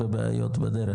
בבעיות בדרך.